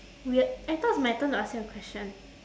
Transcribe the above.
weird I thought it's my turn to ask you a question